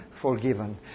forgiven